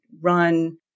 run